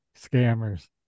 scammers